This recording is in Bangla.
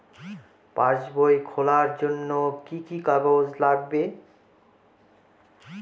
পাসবই খোলার জন্য কি কি কাগজ লাগবে?